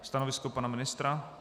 Stanovisko pana ministra?